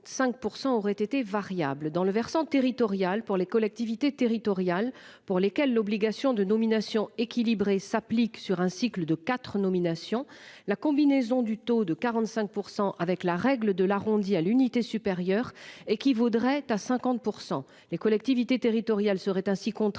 45% auraient été variable dans le versant territorial pour les collectivités territoriales pour lesquels l'obligation de nominations équilibrées s'applique sur un cycle de 4 nominations la combinaison du taux de 45% avec la règle de l'arrondi à l'unité supérieure. Équivaudrait à 50% les collectivités territoriales seraient ainsi contrainte